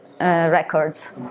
records